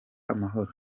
amahoro